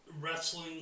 wrestling